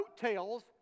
coattails